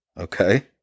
Okay